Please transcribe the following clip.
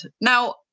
Now